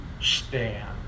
stand